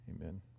Amen